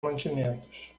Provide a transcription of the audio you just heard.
mantimentos